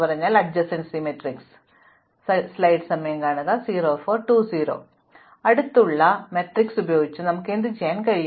അതിനാൽ അടുത്തുള്ള മാട്രിക്സ് ഉപയോഗിച്ച് നമുക്ക് എന്തുചെയ്യാൻ കഴിയും